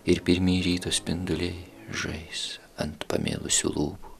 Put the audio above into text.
ir pirmieji ryto spinduliai žais ant pamėlusių lūpų